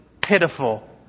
pitiful